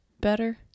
better